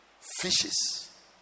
Fishes